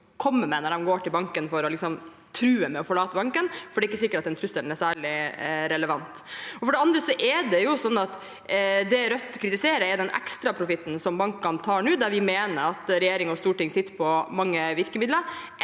når du går til banken for liksom å true med å forlate banken, for det er ikke sikkert at den trusselen er særlig relevant. For det andre: Det Rødt kritiserer, er den ekstraprofitten som bankene tar nå. Der mener vi at regjeringen og Stortinget sitter på mange virkemidler.